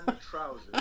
trousers